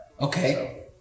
Okay